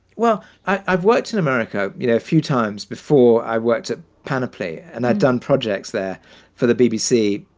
well, i've worked in america, you know, a few times before, i worked at panoply and i've done projects there for the bbc,